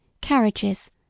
carriages